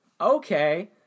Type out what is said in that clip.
okay